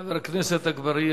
חבר הכנסת אגבאריה,